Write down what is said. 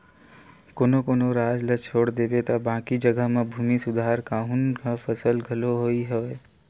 कोनो कोनो राज ल छोड़ देबे त बाकी जघा म भूमि सुधार कान्हून ह सफल घलो होइस हे